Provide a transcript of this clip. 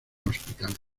hospital